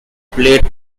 played